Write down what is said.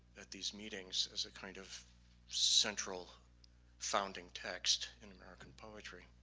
at these meetings as a kind of central founding text in american poetry.